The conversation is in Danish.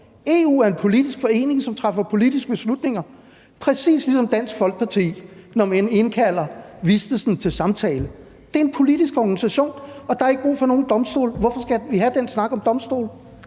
EU er en politisk forening, som træffer politiske beslutninger, præcis ligesom Dansk Folkeparti, når man indkalder Vistisen til samtale. Det er en politisk organisation, og der er ikke brug for nogen domstole. Hvorfor skal vi have den snak om domstole?